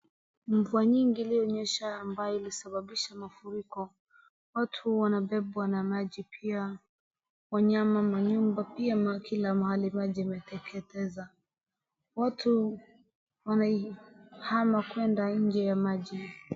Mvua nyingi iliyonyesha ambaye ilisababisha mafuriko, watu wanabebwa na maji pia wanyama, manyumba, pia kila mahali maji imeteketeza, watu wanahama kwenda nje ya maji.